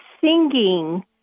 singing